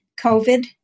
COVID